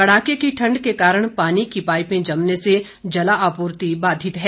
कड़ाके की ठंड के कारण पानी की पाईपें जमने से जलापूर्ति बाधित है